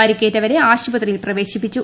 പരിക്ക്റ്റ്റ്റവരെ ആശുപത്രിയിൽ പ്രവേശിപ്പിച്ചു